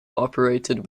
operated